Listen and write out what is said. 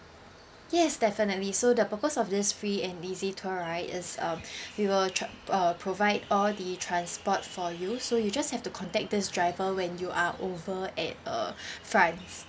yes definitely so the purpose of this free and easy tour right is uh we will tra~ uh provide all the transport for you so you just have to contact this driver when you are over at uh france